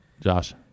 Josh